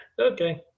Okay